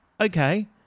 okay